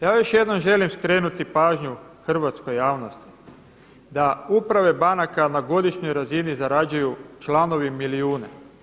Ja još jednom želim skrenuti pažnju hrvatskoj javnosti da uprave banaka na godišnjoj razini zarađuju članovi milijune.